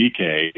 DK